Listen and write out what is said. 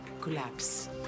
collapse